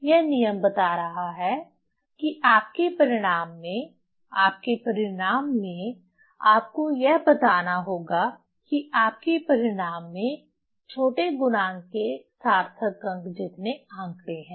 यह नियम बता रहा है कि आपके परिणाम में आपके परिणाम में आपको यह बताना होगा कि आपके परिणाम में छोटे गुणांक के सार्थक अंक जितने आंकड़े हैं